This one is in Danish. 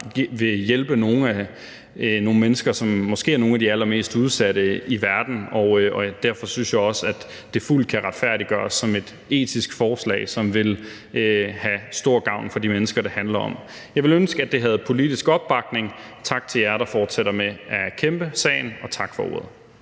vil hjælpe nogle mennesker, som måske er nogle af de allermest udsatte i verden. Derfor synes jeg også, at det fuldt kan retfærdiggøres som et etisk forslag, som vil gøre stor gavn for de mennesker, det handler om. Jeg ville ønske, at det havde politisk opbakning. Tak til jer, der fortsætter med at kæmpe for sagen, og tak for ordet.